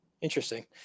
Interesting